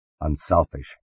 unselfish